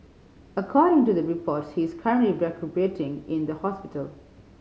according to the reports he is currently recuperating in the hospital